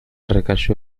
recayó